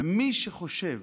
ומי שחושב